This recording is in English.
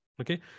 Okay